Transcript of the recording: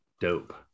dope